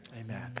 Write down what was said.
Amen